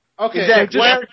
Okay